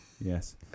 yes